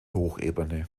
hochebene